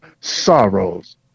sorrows